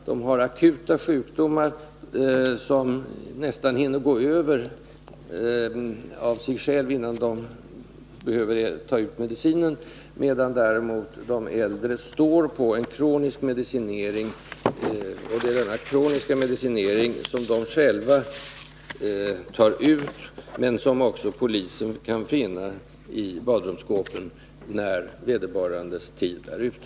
De har akuta sjukdomar som nästan hinner gå över, innan vederbörande börjar ta medicinen, medan de äldre däremot står på en kronisk medicinering, som gör att de tar sina mediciner vilkas rester polisen också kan finna i badrumsskåpen, när vederbörandes tid är ute.